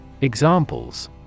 Examples